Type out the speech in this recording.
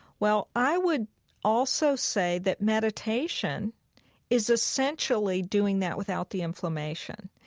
well, i would also say that meditation is essentially doing that without the inflammation.